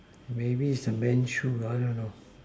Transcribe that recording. maybe it's a men shoe I don't know